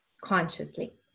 consciously